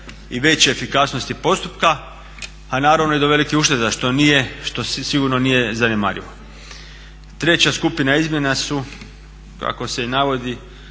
i veće efikasnosti postupka, a naravno i do velikih ušteda što sigurno nije zanemarivo. Treća skupina izmjena su kako se navodi